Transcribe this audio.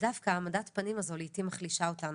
דווקא העמדת הפנים הזו לעיתים מחלישה אותנו,